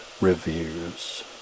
reviews